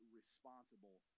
responsible